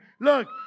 Look